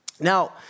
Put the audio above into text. Now